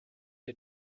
had